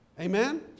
Amen